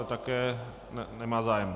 Také nemá zájem.